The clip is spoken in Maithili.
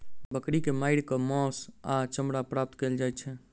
बकरी के मारि क मौस आ चमड़ा प्राप्त कयल जाइत छै